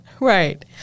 Right